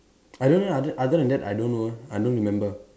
I don't know other other than that I don't know I don't remember